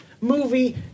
movie